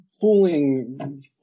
fooling